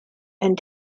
and